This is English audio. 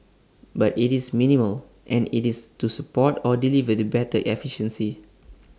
but IT is minimal and IT is to support or deliver the better efficiency